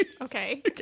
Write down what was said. Okay